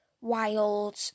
wild